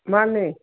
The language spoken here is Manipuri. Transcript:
ꯃꯥꯟꯅꯦ